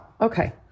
okay